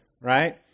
right